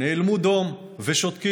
נאלמו דום ושותקים.